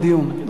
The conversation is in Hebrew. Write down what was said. בבקשה.